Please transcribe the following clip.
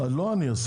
לא אני.